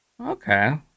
Okay